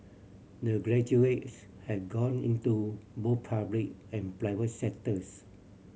the graduates have gone into both public and private sectors